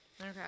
Okay